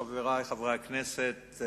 חברי חברי הכנסת,